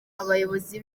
abayobozi